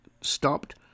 stopped